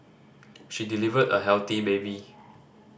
she delivered a healthy baby